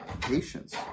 patience